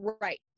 Right